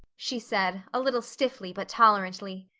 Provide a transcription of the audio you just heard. she said a little stiffly but tolerantly.